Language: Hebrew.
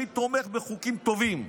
אני תומך בחוקים טובים.